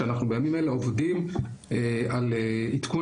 שאנחנו בימים האלה עובדים על עדכון